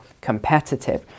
competitive